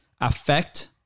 affect